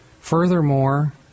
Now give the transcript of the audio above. Furthermore